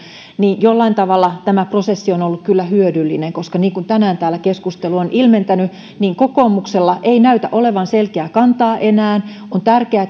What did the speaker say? niin jollain tavalla tämä prosessi on on ollut kyllä hyödyllinen koska niin kuin tänään täällä keskustelu on ilmentänyt kokoomuksella ei näytä olevan selkeää kantaa enää on tärkeää